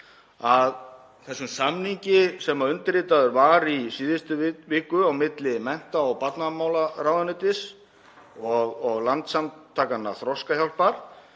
vígstöðvum, samningi sem undirritaður var í síðustu viku á milli mennta- og barnamálaráðuneytis og Landssamtakanna Þroskahjálpar